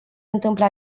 întâmple